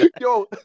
Yo